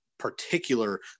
Particular